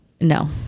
No